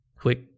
quick